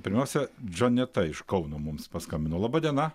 pirmiausia džaneta iš kauno mums paskambino laba diena